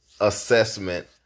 assessment